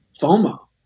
FOMO